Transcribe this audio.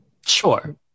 Sure